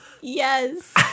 Yes